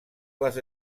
les